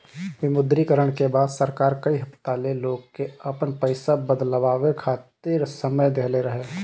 विमुद्रीकरण के बाद सरकार कई हफ्ता ले लोग के आपन पईसा बदलवावे खातिर समय देहले रहे